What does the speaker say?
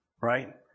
right